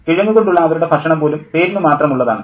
കിഴങ്ങു കൊണ്ടുള്ള അവരുടെ ഭക്ഷണം പോലും പേരിനു മാത്രമുള്ളതാണ്